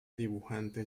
dibujante